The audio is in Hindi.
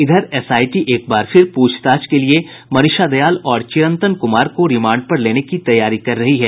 इधर एसआईटी एकबार फिर पूछताछ के लिए मनीषा दयाल और चिरंतन कुमार को रिमांड पर लेने की तैयारी कर रही है